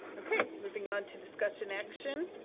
okay, moving on to discussion action,